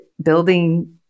building